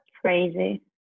crazy